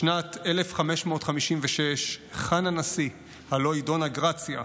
בשנת 1556, חנה נשיא, הלוא היא דונה גרציה,